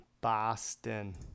boston